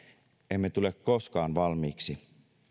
emme tule koskaan valmiiksi